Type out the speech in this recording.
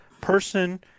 person